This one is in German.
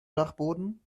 dachboden